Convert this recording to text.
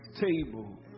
table